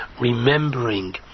remembering